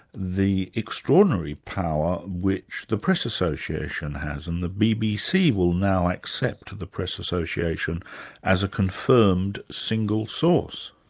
the extraordinary power which the press association has and the bbc will now accept the press association as a confirmed single source.